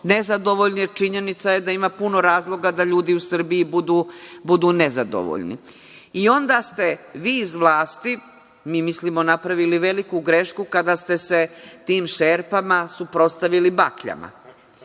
nezadovoljni. Činjenica je da ima puno razloga da ljudi u Srbiji budu nezadovoljni. Onda ste vi iz vlasti, mi mislimo, napravili veliku grešku kada ste se tim šerpama suprotstavili bakljama.Zašto